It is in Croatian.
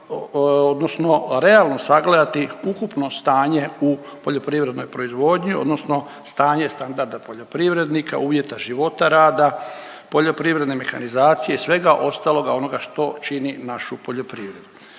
odnosno realno sagledati ukupno stanje u poljoprivrednoj proizvodnji odnosno stanje standarda poljoprivrednika, uvjeta života i rada, poljoprivredne mehanizacije i svega ostaloga onoga što čini našu poljoprivredu.